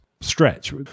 stretch